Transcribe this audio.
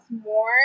more